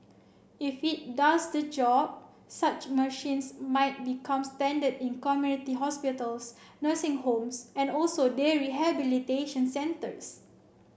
if it does the job such machines might become standard in community hospitals nursing homes and also day rehabilitation centres